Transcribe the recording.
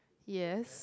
yes